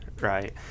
right